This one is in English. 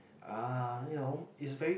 uh you know it's very